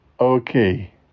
Okay